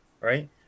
right